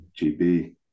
GB